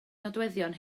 nodweddion